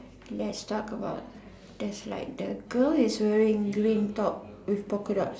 lets talk about there's like the girl is wearing green top with polka dots